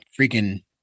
freaking